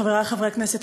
חברי חברי הכנסת,